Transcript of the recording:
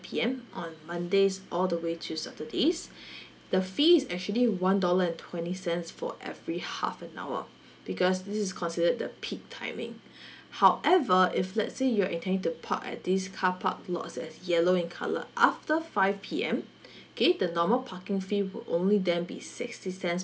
P_M on mondays all the way to saturdays the fees is actually one dollar and twenty cents for every half an hour because this is considered the peak timing however if let's say you're intending to park at these carpark lots that's yellow in colour after five P_M K the normal parking fee will only then be sixty cents